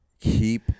Keep